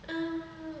um